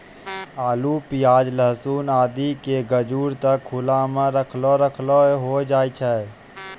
आलू, प्याज, लहसून आदि के गजूर त खुला मॅ हीं रखलो रखलो होय जाय छै